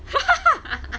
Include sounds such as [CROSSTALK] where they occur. [LAUGHS]